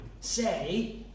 say